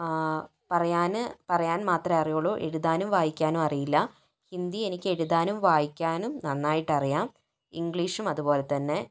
പറയാൻ പറയാൻ മാത്രമേ അറിയാവൂ എഴുതാനും വയ്ക്കാനും അറിയില്ല ഹിന്ദി എനിക്ക് എഴുതാനും വായിക്കാനും നന്നായിട്ട് അറിയാം ഇംഗ്ലീഷും അതുപോലെ തന്നെ